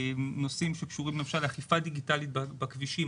נושאים שקשורים לאכיפה דיגיטלית בכבישים,